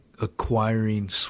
acquiring